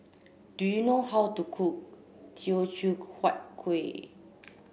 do you know how to cook Teochew Huat Kuih